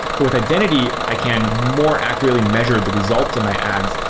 but with identity, i can more accurately measure the results of my ads,